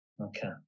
Okay